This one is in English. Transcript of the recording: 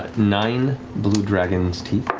nine blue dragon's teeth.